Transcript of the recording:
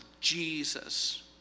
Jesus